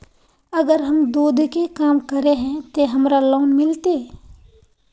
अगर हम दूध के काम करे है ते हमरा लोन मिलते?